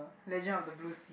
legends of the blue sea